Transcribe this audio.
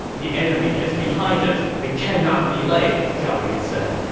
the enemy is behind us, we cannot delay, zhao yun said.